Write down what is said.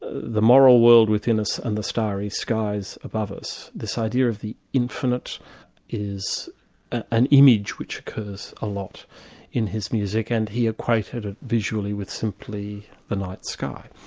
the moral world within us and the starry skies above us, this idea of infinite is an image which occurs a lot in his music, and he equated it visually with simply the night sky.